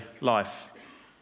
life